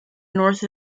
north